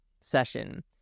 session